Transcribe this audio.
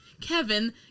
Kevin